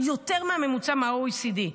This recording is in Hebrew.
יותר מהממוצע ב-OECD.